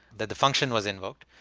that the function was invoked,